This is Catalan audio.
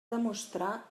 demostrar